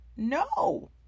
No